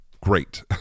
great